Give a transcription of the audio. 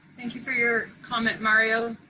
thank you for your comment, mario.